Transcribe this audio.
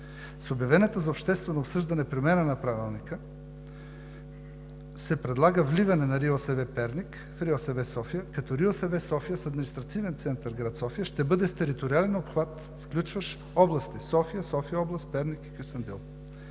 С обявената за обществено обсъждане промяна на Правилника се предлага вливане на РИОСВ – Перник, в РИОСВ – София, като РИОСВ – София, с административен център град София, ще бъде с териториален обхват, включващ области: София-град, София-област, Перник и Кюстендил.